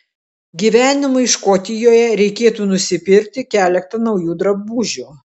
gyvenimui škotijoje reikėtų nusipirkti keletą naujų drabužių